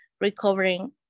recovering